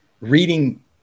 reading